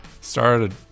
started